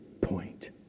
point